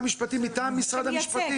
הסיוע המשפטי מטעם משרד המשפטים.